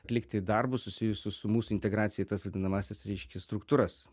atlikti darbus susijusius su mūsų integracija į tas vadinamasis reiškia struktūras